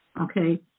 Okay